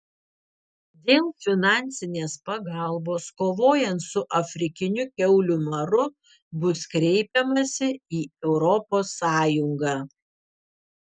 dėl finansinės pagalbos kovojant su afrikiniu kiaulių maru bus kreipiamasi į europos sąjungą